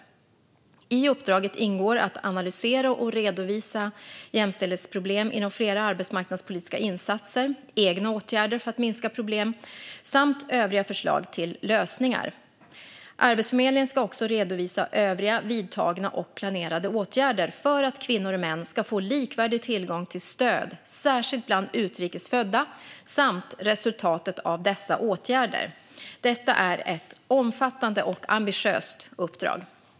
I uppdraget ingår att analysera och redovisa jämställdhetsproblem inom flera arbetsmarknadspolitiska insatser, egna åtgärder för att minska problemen samt övriga förslag till lösningar. Arbetsförmedlingen ska också redovisa övriga vidtagna och planerade åtgärder för att kvinnor och män ska få likvärdig tillgång till stöd, särskilt bland utrikes födda, och resultatet av dessa åtgärder. Detta är ett omfattande och ambitiöst uppdrag.